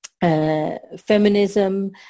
feminism